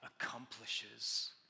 accomplishes